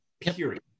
period